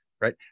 Right